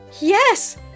Yes